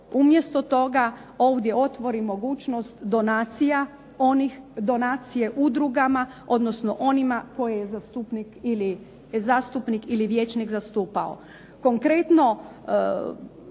umjesto toga ovdje otvori mogućnost donacija, onih donacije udruga, odnosno onima koje je zastupnik ili zastupnik